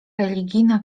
religijna